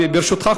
ברשותך,